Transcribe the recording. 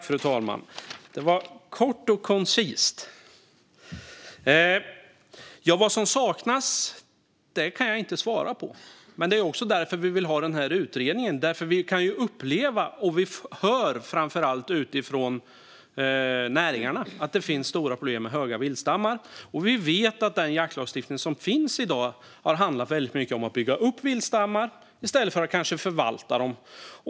Fru talman! Det var kort och koncist! Vad som saknas kan jag inte svara på. Men det är också därför vi vill ha den här utredningen. Vi kan uppleva, och vi hör framför allt från näringarna, att det finns stora problem med stora viltstammar. Vi vet att den jaktlagstiftning som finns i dag har handlat väldigt mycket om att bygga upp viltstammar i stället för att kanske förvalta dem.